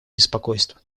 беспокойство